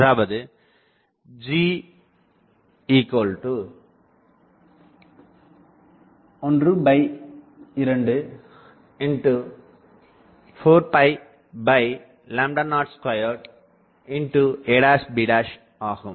அதாவது G12 402 ab ஆகும்